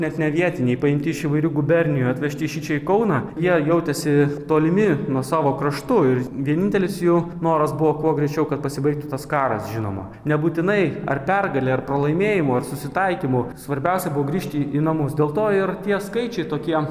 net ne vietiniai paimti iš įvairių gubernijų atvežti šičia į kauną jie jautėsi tolimi nuo savo kraštų ir vienintelis jų noras buvo kuo greičiau kad pasibaigtų tas karas žinoma nebūtinai ar pergale ar pralaimėjimu ar susitaikymu svarbiausia buvo grįžti į namus dėl to ir tie skaičiai tokie